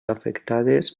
afectades